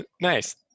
Nice